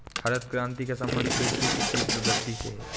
हरित क्रान्ति का सम्बन्ध कृषि की तीव्र वृद्धि से है